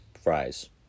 fries